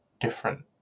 different